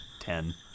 Ten